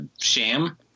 sham